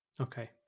Okay